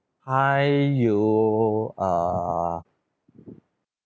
还有 err